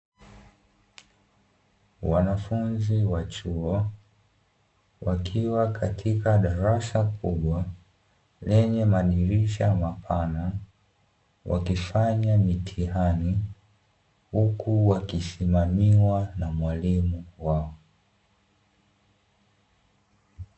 Wanafunzi wa chuo wakiwa katika darasa kubwa lenye madirisha mapana. Wakifanya mitihani huku wakisimamiwa na mwalimu wao.